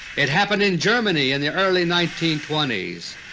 it happened in germany in the early nineteen twenty s.